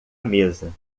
mesa